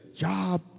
job